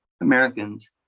Americans